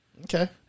Okay